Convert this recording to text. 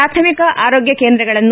ಪ್ರಾಥಮಿಕ ಆರೋಗ್ಯ ಕೇಂದ್ರಗಳನ್ನು